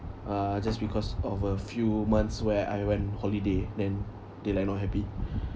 uh just because of a few months where I went holiday then they like not happy